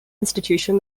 institution